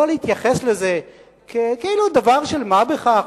לא להתייחס לזה כאילו זה דבר של מה בכך,